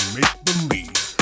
Make-Believe